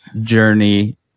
journey